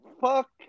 fuck